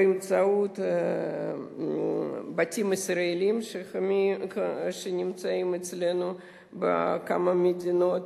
באמצעות "בתים ישראליים" שנמצאים אצלנו בכמה מדינות.